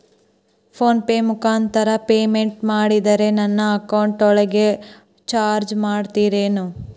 Phone pay ಮುಖಾಂತರ payment ಮಾಡಿದರೆ ನನ್ನ ಅಕೌಂಟಿನೊಳಗ ಚಾರ್ಜ್ ಮಾಡ್ತಿರೇನು?